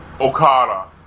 Okada